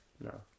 No